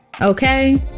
okay